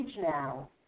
now